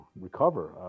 recover